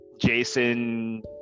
Jason